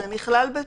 זה נכלל בתוך?